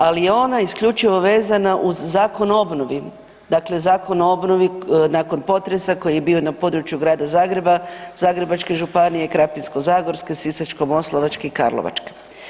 Ali ona je isključivo vezana uz Zakon o obnovi, dakle Zakon o obnovi nakon potresa koji je bio na području Grada Zagreba, Zagrebačke županije, Krapinsko-zagorske, Sisačko-moslavačke i Karlovačke.